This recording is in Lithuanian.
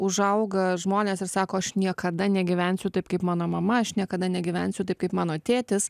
užauga žmonės ir sako aš niekada negyvensiu taip kaip mano mama aš niekada negyvensiu taip kaip mano tėtis